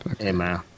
Amen